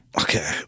Okay